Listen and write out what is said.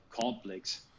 complex